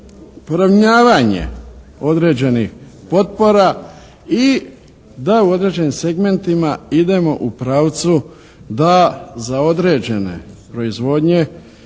poravnavanje određenih potpora i da u određenim segmentima idemo u pravcu da za određene proizvodnje